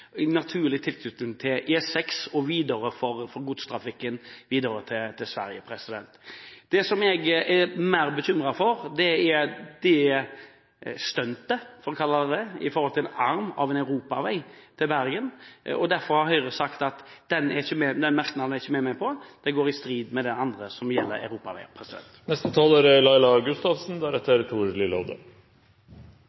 naturlig tilknytning til E6, og for godstrafikken videre til Sverige. Jeg er mer bekymret for «stuntet» – for å kalle det det – med en arm av en europavei til Bergen. Derfor har Høyre sagt at den merknaden er vi ikke er med på – den står i strid med det andre som gjelder europaveier. Mellom Kongsberg og Drammen ligger Sølvveien, Norges første kjørevei, anlagt rett etter sølvfunnet i 1623. Det er